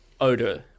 odor